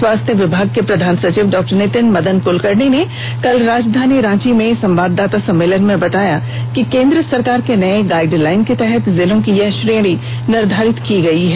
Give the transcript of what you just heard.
स्वास्थ्य विभाग के प्रधान सचिव डॉ नीतिन मदन क्लकर्णी ने कल राजधानी रांची में संवाददाता सम्मेलन में बताया कि केंद्र सरकार के नए गाइडलाइन के तहत जिलों की यह श्रेणी निर्धारित की गई है